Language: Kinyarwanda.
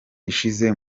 ishize